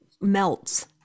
melts